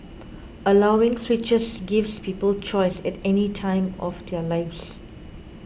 allowing switches gives people choice at any time of their lives